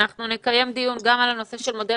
אנחנו נקיים דיון גם על הנושא של מודל